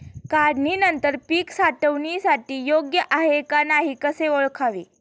काढणी नंतर पीक साठवणीसाठी योग्य आहे की नाही कसे ओळखावे?